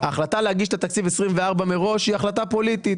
ההחלטה להגיש את תקציב 24' מראש היא החלטה פוליטית,